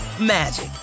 magic